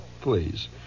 Please